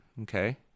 Okay